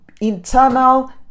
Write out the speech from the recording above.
internal